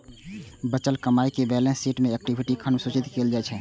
बचल कमाइ कें बैलेंस शीट मे इक्विटी खंड मे सूचित कैल जाइ छै